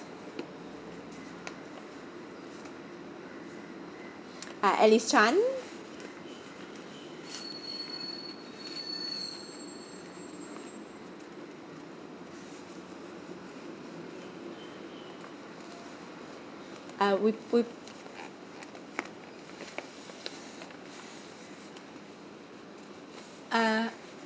ah alice chan uh w~ w~ uh